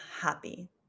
happy